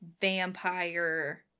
vampire